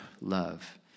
love